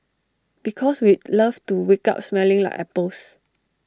because we'd love to wake up smelling like apples